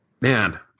Man